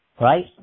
Right